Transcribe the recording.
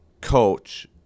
coach